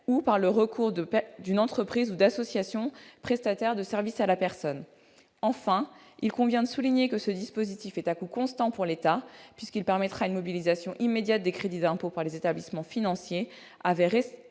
ou par le recours à des entreprises ou associations prestataires de services à la personne. Enfin, il convient de souligner que ce dispositif est à coût constant pour l'État, puisqu'il permettra une mobilisation immédiate des crédits d'impôt par les établissements financiers,